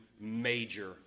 major